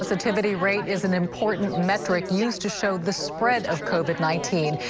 positivity rate is an important metric used to show the spread of covid nineteen.